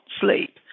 sleep